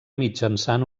mitjançant